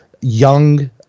young